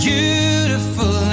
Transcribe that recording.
Beautiful